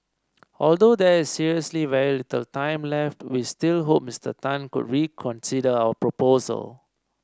although there is seriously very little time left we still hope Mister Tan could reconsider our proposal